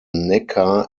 neckar